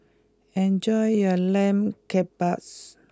enjoy your Lamb Kebabs